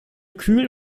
kühl